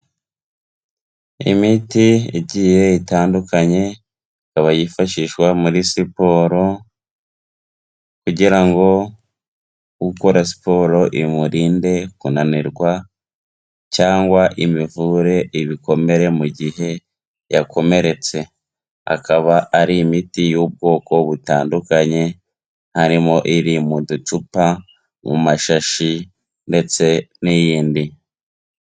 Imiti igiye itandukanye, ikaba yifashishwa muri siporo kugira ngo ukora siporo imurinde kunanirwa, cyangwa imuvure ibikomere mu gihe yakomeretse, akaba ari imiti y'ubwoko butandukanye, harimo iri mu ducupa, mu mashashi, ndetse n'iyindi.